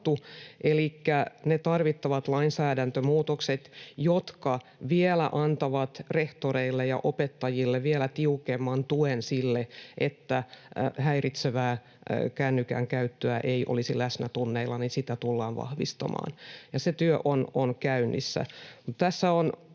tarvittavia lainsäädäntömuutoksia, jotka antavat rehtoreille ja opettajille vielä tiukemman tuen sille, että häiritsevää kännykän käyttöä ei olisi läsnä tunneilla, tullaan vahvistamaan. Se työ on käynnissä.